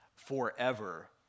forever